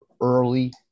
early